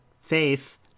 faith